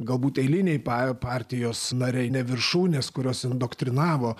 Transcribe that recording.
galbūt eiliniai pa partijos nariai ne viršūnės kurios indoktrinavo